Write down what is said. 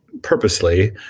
purposely